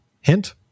Hint